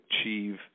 achieve